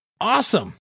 awesome